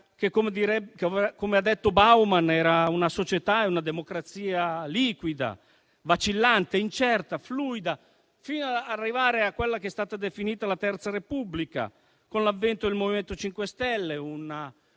che - come ha detto Bauman - era una società e una democrazia liquida, vacillante, incerta e fluida, fino ad arrivare a quella che è stata definita la Terza Repubblica, con l'avvento del MoVimento 5 Stelle,